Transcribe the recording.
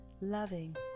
loving